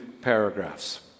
paragraphs